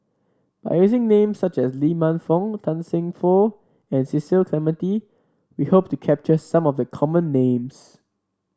by using names such as Lee Man Fong Tan Seng Poh and Cecil Clementi we hope to capture some of the common names